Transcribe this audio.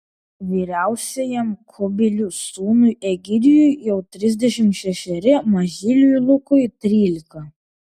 vyriausiajam kubilių sūnui egidijui jau trisdešimt šešeri mažyliui lukui trylika